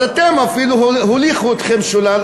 אפילו הוליכו אתכם שולל,